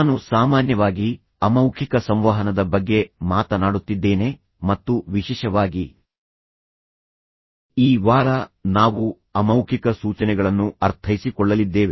ನಾನು ಸಾಮಾನ್ಯವಾಗಿ ಅಮೌಖಿಕ ಸಂವಹನದ ಬಗ್ಗೆ ಮಾತನಾಡುತ್ತಿದ್ದೇನೆ ಮತ್ತು ವಿಶೇಷವಾಗಿ ಈ ವಾರ ನಾವು ಅಮೌಖಿಕ ಸೂಚನೆಗಳನ್ನು ಅರ್ಥೈಸಿಕೊಳ್ಳಲಿದ್ದೇವೆ